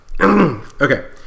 okay